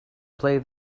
play